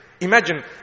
Imagine